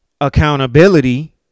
accountability